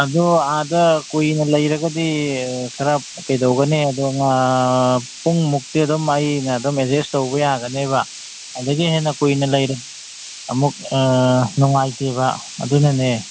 ꯑꯗꯨ ꯑꯥꯗ ꯀꯨꯏꯅ ꯂꯩꯔꯒꯗꯤ ꯈꯔ ꯀꯩꯗꯧꯒꯅꯤ ꯑꯗꯣ ꯄꯨꯡ ꯃꯨꯛꯇꯤ ꯑꯗꯨꯝ ꯑꯩꯅ ꯑꯗꯨꯝ ꯑꯦꯖꯦꯁ ꯇꯧꯕ ꯌꯥꯒꯅꯦꯕ ꯑꯗꯒꯤ ꯍꯦꯟꯅ ꯀꯨꯏꯅ ꯂꯩꯔꯗꯤ ꯑꯃꯨꯛ ꯅꯨꯡꯉꯥꯏꯇꯦꯕ ꯑꯗꯨꯅꯅꯦ